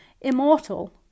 immortal